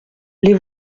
les